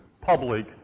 public